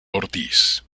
ortiz